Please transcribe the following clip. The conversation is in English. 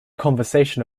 conversation